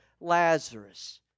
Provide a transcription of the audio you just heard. Lazarus